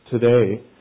today